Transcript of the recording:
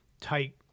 tight